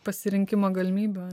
pasirinkimo galimybių